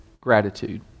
gratitude